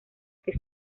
que